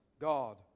God